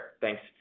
Thanks